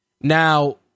Now